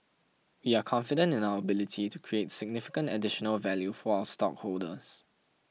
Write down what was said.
we are confident in our ability to create significant additional value for our stockholders